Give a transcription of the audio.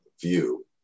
view